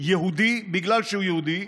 יהודי בגלל שהוא יהודי,